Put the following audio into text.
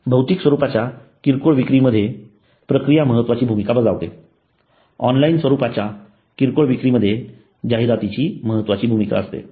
भौतिक स्वरूपाच्या किरकोळ विक्रीमध्ये प्रक्रिया महत्त्वाची भूमिका बजावते आणि ऑनलाइन स्वरूपाच्या किरकोळ विक्रीमध्ये जाहिरात महत्त्वाची भूमिका बजावते